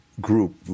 group